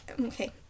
Okay